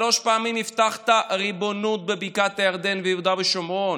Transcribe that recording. שלוש פעמים הבטחת ריבונות בבקעת הירדן ויהודה ושומרון,